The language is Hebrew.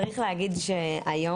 צריך להגיד שהיום,